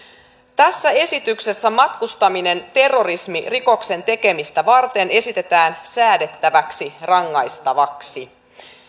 tässä esityksessä matkustaminen terrorismirikoksen tekemistä varten esitetään säädettäväksi rangaistavaksi